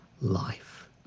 life